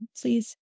Please